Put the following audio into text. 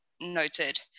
noted